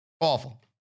Awful